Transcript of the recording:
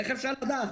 איך אפשר לדעת?